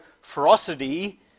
ferocity